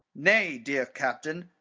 nay, dear captain